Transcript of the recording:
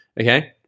Okay